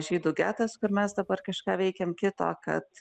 žydų getas kur mes dabar kažką veikiam kito kad